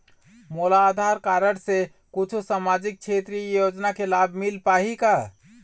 मोला आधार कारड से कुछू सामाजिक क्षेत्रीय योजना के लाभ मिल पाही का?